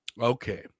Okay